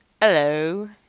Hello